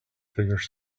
figure